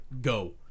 Go